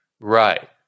Right